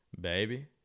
Baby